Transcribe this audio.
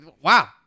Wow